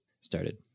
started